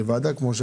שלום לכולם,